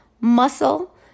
muscle